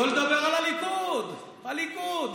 שלא לדבר על הליכוד, הליכוד.